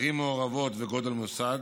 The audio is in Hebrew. ערים מעורבות וגודל מוסד,